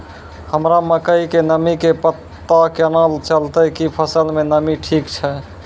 हमरा मकई के नमी के पता केना चलतै कि फसल मे नमी ठीक छै?